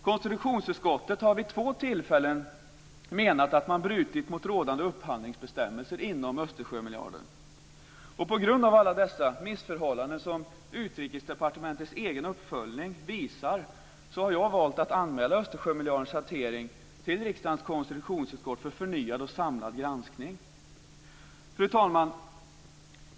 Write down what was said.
Konstitutionsutskottet har vid två tillfällen menat att man brutit mot rådande upphandlingsbestämmelser inom Östersjömiljarden. På grund av alla dessa missförhållanden som Utrikesdepartementets egen uppföljning visar har jag valt att anmäla Östersjömiljardens hantering till riksdagens konstitutionsutskott för förnyad och samlad granskning. Fru talman!